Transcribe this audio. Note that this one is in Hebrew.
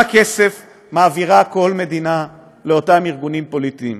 כסף מעבירה כל מדינה לאותם ארגונים פוליטיים.